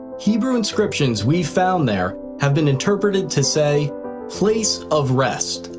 hebrew inscriptions we found there have been interpreted to say place of rest,